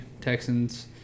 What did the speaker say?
Texans